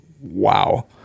wow